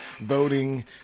voting